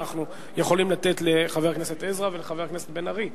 אנחנו יכולים לתת לחבר הכנסת עזרא ולחבר הכנסת בן-ארי,